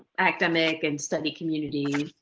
academic and study community.